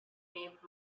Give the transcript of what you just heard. paved